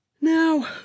now